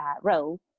role